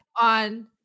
on